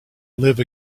live